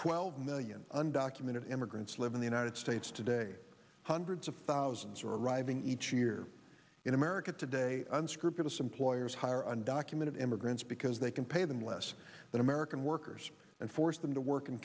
twelve million undocumented immigrants live in the united states today hundreds of thousands are arriving each year in america today unscrupulous employers hire undocumented immigrants because they can pay them less than american workers and force them to work in